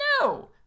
No